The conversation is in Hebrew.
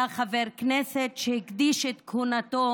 הוא היה חבר כנסת שהקדיש את כהונתו